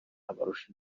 abarusha